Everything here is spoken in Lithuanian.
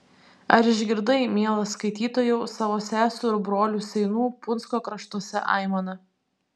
ar išgirdai mielas skaitytojau savo sesių ir brolių seinų punsko kraštuose aimaną